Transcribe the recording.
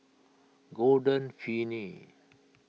Golden Peony